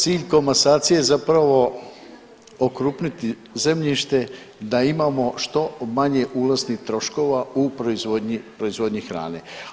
Cilj komasacije je zapravo okrupniti zemljište da imamo što manje ulaznih troškova u proizvodnji hrane.